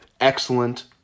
excellent